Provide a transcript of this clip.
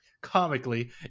comically